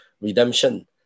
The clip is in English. redemption